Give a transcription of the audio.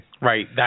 Right